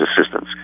assistance